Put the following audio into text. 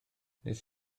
nes